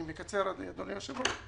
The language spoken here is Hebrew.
אני מקצר אדוני היושב-ראש,